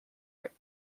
are